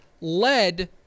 led